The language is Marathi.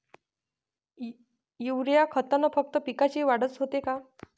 युरीया खतानं फक्त पिकाची वाढच होते का?